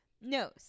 No